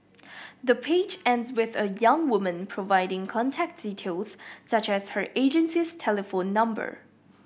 the page ends with the young woman providing contact details such as her agency's telephone number